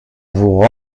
vous